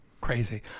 crazy